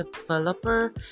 developer